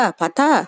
pata